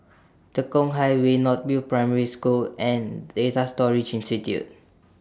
Tekong Highway North View Primary School and Data Storage Institute